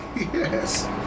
Yes